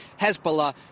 Hezbollah